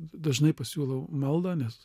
dažnai pasiūlau maldą nes